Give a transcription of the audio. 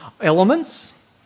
elements